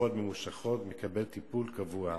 תקופות ממושכות, מקבל טיפול קבוע,